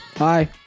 Hi